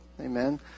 Amen